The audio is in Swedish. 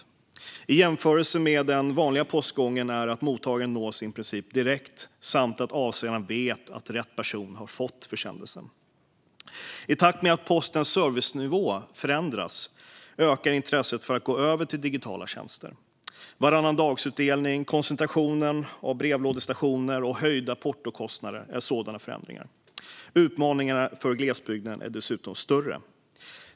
Skillnaden jämfört med den vanliga postgången är att mottagaren nås i princip direkt samt att avsändaren vet att rätt person har fått försändelsen. I takt med att servicenivån för posten förändras ökar intresset för att gå över till digitala tjänster. Varannandagsutdelning, koncentration av brevlådor, stationer och höjda portokostnader är sådana förändringar. Utmaningarna för glesbygden är dessutom större.